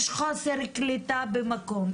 יש חוסר קליטה במקום,